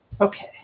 Okay